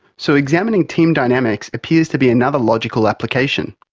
so examining team dynamics appears to be another logical application.